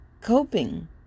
coping